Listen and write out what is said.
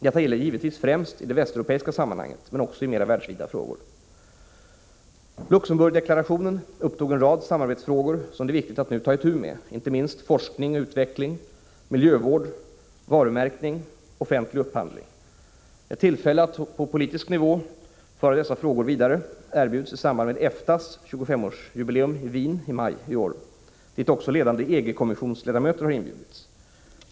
Detta gäller givetvis främst i det västeuropeiska sammanhanget, men också i mera världsvida frågor. Luxemburgdeklarationen upptog en rad samarbetsfrågor, som det är viktigt att nu ta itu med, inte minst frågor om forskning och utveckling, miljövård, varumärken och offentlig upphandling. Ett tillfälle att föra dessa frågor vidare på politisk nivå erbjuds i samband med EFTA:s 25-årsjubileum i Wien i maj i år, dit också ledande EG-kommissionsledamöter har inbjudits.